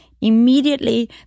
immediately